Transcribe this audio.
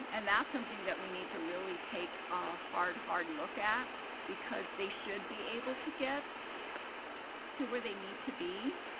and that's something that we need to really take a hard, hard look at because they should be able to get to where they need to be.